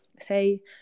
say